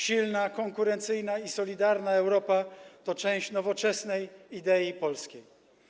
Silna, konkurencyjna i solidarna Europa to część nowoczesnej idei polskiej.